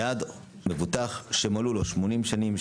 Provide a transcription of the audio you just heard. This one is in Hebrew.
בעד מבוטח שמלאו לו שמונים שנים,